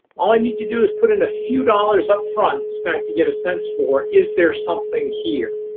all i need to do is put in a few dollars upfront to start to get a sense for, is there something here?